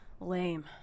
Lame